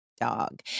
dog